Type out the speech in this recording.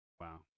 wow